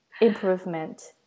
improvement